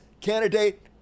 candidate